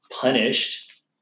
punished